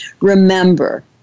Remember